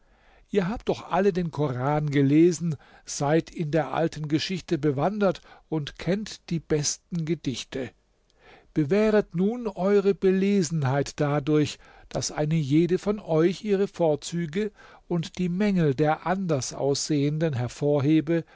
ihr habt doch alle den koran gelesen seid in der alten geschichte bewandert und kennt die besten gedichte bewähret nun eure belesenheit dadurch daß eine jede von euch ihre vorzüge und die mängel der anders aussehenden hervorhebe